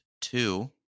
two